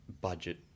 budget